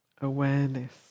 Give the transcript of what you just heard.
awareness